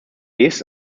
lives